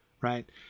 right